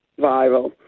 viral